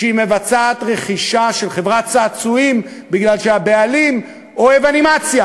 שהיא מבצעת רכישה של חברת צעצועים בגלל שהבעלים אוהב אנימציה,